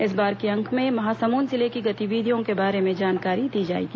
इस बार के अंक में महासमुंद जिले की गतिविधियों के बारे में जानकारी दी जाएगी